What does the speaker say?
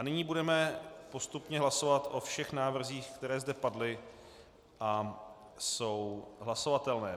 Nyní budeme postupně hlasovat o všech návrzích, které zde padly a jsou hlasovatelné.